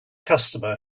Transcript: customer